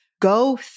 go